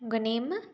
உங்கள் நேமு